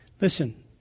Listen